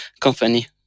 company